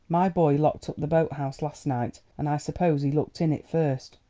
my boy locked up the boat-house last night, and i suppose he looked in it first.